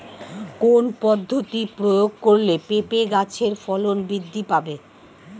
কোন পদ্ধতি প্রয়োগ করলে পেঁপে গাছের ফলন বৃদ্ধি পাবে?